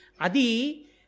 Adi